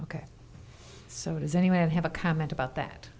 ok so does anyone have a comment about that